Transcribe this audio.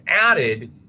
added